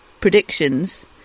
predictions